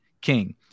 king